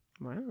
Wow